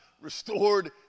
restored